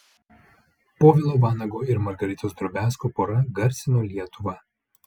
povilo vanago ir margaritos drobiazko pora garsino lietuvą